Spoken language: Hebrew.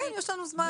כן, יש לנו זמן.